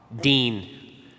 dean